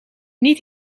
niet